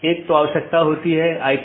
एक है स्टब